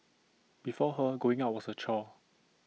before her going out was A chore